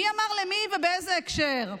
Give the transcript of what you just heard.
מי אמר למי ובאיזה הקשר?